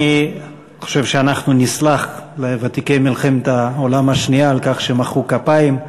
אני חושב שאנחנו נסלח לוותיקי מלחמת העולם השנייה על כך שמחאו כפיים,